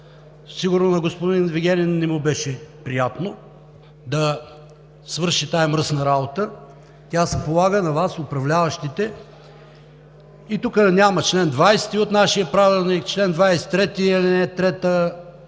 Сигурно на господин Вигенин не му беше приятно да свърши тази мръсна работа. Тя се полага на Вас – управляващите. И тук няма чл. 20 от нашия правилник, чл. 23, ал.